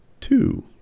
Two